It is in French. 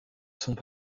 sont